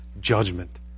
judgment